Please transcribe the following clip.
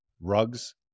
Rugs